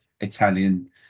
Italian